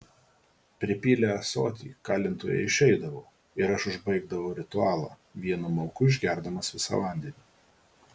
pripylę ąsotį kalintojai išeidavo ir aš užbaigdavau ritualą vienu mauku išgerdamas visą vandenį